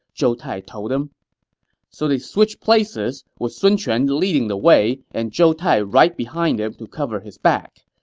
zhou tai told him so they switched places, with sun quan leading the way and zhou tai right behind him to cover his back.